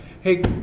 Hey